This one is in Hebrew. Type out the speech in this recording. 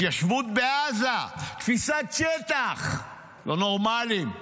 התיישבות בעזה, תפיסת שטח, לא נורמליים.